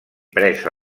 presa